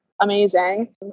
amazing